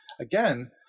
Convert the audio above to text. again